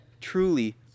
truly